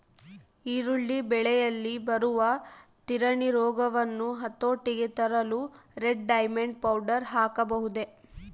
ಈರುಳ್ಳಿ ಬೆಳೆಯಲ್ಲಿ ಬರುವ ತಿರಣಿ ರೋಗವನ್ನು ಹತೋಟಿಗೆ ತರಲು ರೆಡ್ ಡೈಮಂಡ್ ಪೌಡರ್ ಹಾಕಬಹುದೇ?